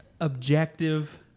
objective